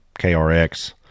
KRX